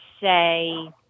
say